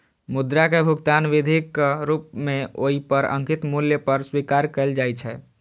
मुद्रा कें भुगतान विधिक रूप मे ओइ पर अंकित मूल्य पर स्वीकार कैल जाइ छै